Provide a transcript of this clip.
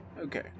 Okay